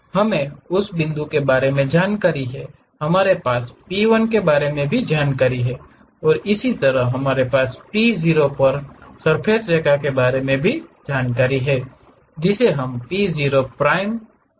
हमें उस बिंदु के बारे में जानकारी है हमारे पास p 1 के बारे में जानकारी है और इसी तरह हमारे पास p0 पर स्पर्शक रेखा के बारे में जानकारी है जिसे हम p0 Prime को दिखा सकते हैं